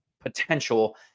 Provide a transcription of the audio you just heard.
potential